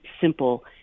simple